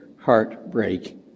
Heartbreak